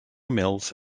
mills